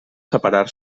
separar